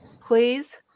please